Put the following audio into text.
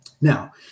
Now